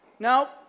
Now